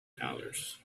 dollars